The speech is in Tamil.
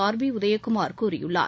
ஆர்பி உதயகுமார் கூறியுள்ளார்